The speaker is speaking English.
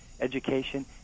education